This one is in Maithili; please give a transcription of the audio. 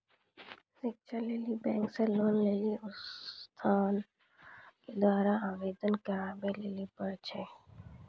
शिक्षा लेली बैंक से लोन लेली उ संस्थान के द्वारा आवेदन करबाबै लेली पर छै?